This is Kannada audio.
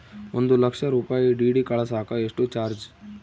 ಒಂದು ಲಕ್ಷ ರೂಪಾಯಿ ಡಿ.ಡಿ ಕಳಸಾಕ ಎಷ್ಟು ಚಾರ್ಜ್?